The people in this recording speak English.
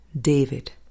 David